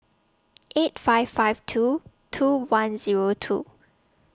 eight five five two two one Zero two